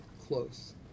close